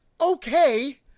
okay